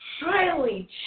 highly